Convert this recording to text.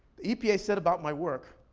the epa said about my work,